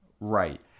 Right